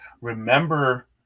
Remember